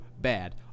bad